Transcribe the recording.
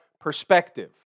perspective